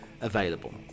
available